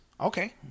Okay